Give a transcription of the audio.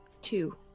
Two